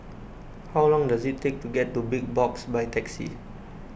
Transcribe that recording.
how long does it take to get to Big Box by taxi